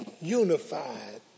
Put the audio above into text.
unified